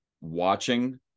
watching